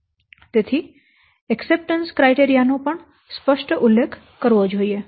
તેથી એકસપટન્સ માપદંડ નો પણ સ્પષ્ટ ઉલ્લેખ કરવો જોઈએ